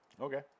Okay